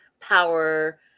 power